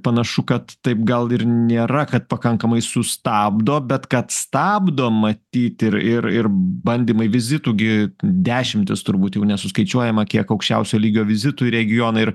panašu kad taip gal ir nėra kad pakankamai sustabdo bet kad stabdo matyt ir ir ir bandymai vizitų gi dešimtys turbūt jau nesuskaičiuojama kiek aukščiausio lygio vizitų į regioną ir